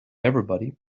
everybody